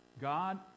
God